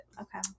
okay